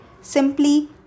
simply